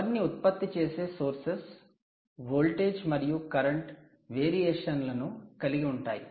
power ని ఉత్పత్తి చేసే సోర్సెస్ వోల్టేజ్ మరియు కరెంట్ వేరియేషన్లను కలిగి ఉంటాయి